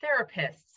therapists